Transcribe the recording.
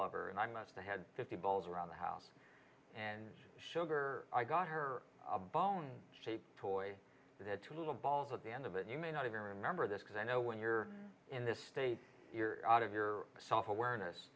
over and i musta had fifty bowls around the house and sugar i got her a bone shaped toy that had two little balls at the end of it you may not even remember this because i know when you're in this state you're out of your self awareness